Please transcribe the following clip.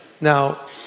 Now